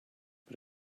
but